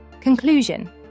Conclusion